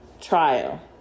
trial